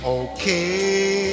okay